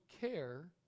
care